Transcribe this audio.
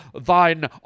thine